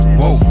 whoa